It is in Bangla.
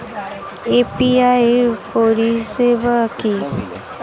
ইউ.পি.আই পরিষেবা কি?